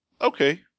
okay